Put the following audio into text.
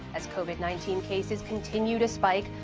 as covid nineteen cases continue to spike,